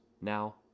Now